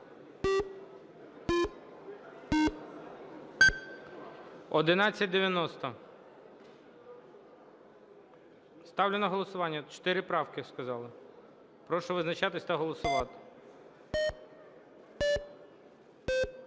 1190. Ставлю на голосування, чотири правки сказали. Прошу визначатися та голосувати.